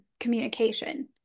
communication